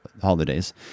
holidays